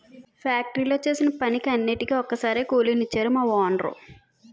ఫ్యాక్టరీలో చేసిన పనికి అన్నిటికీ ఒక్కసారే కూలి నిచ్చేరు మా వోనరు